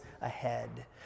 ahead